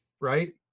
Right